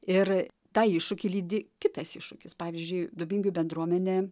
ir tą iššūkį lydi kitas iššūkis pavyzdžiui dubingių bendruomenė